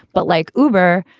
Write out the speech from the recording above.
but like uber,